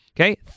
Okay